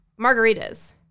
margaritas